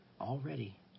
already